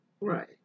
Right